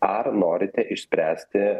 ar norite išspręsti